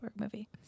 movie